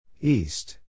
East